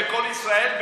בקול ישראל,